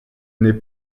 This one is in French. n’est